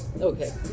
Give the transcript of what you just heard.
Okay